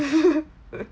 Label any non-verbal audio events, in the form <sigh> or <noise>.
<laughs>